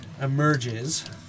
emerges